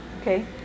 okay